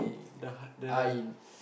the h~ the